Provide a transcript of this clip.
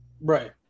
Right